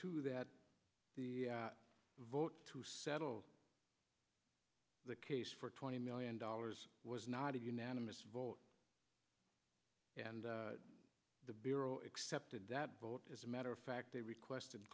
too that the vote to settle the case for twenty million dollars was not a unanimous vote and the bureau accepted that vote as a matter of fact they requested